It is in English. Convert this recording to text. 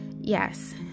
Yes